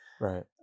right